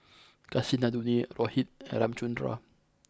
Kasinadhuni Rohit and Ramchundra